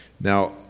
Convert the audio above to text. Now